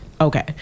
Okay